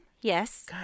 Yes